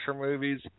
movies